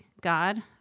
god